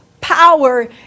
power